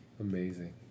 Amazing